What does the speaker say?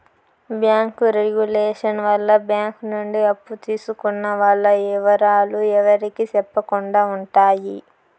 bank regulation వల్ల bank నుండి అప్పు తీసుకున్న వాల్ల ఇవరాలు ఎవరికి సెప్పకుండా ఉంటాయి